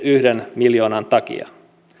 yhden miljoonan takia